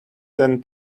than